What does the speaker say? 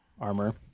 armor